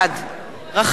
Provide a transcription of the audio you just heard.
רחל אדטו,